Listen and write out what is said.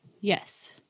Yes